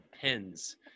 pens